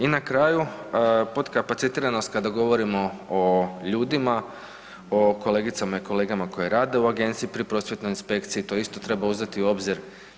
I na kraju, potkapacitiranost kada govorimo o ljudima, o kolegicama i kolegama koje rade u Agenciji pri prosvjetnoj inspekciji to isto treba uzeti u obzir.